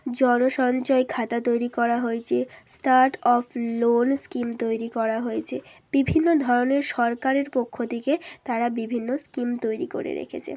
জনসঞ্চয় খাতা তৈরি করা হয়েছে স্টার্ট অফ লোন স্কিম তৈরি করা হয়েছে বিভিন্ন ধরনের সরকারের পক্ষ থেকে তারা বিভিন্ন স্কিম তৈরি করে রেখেছে